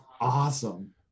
awesome